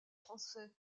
français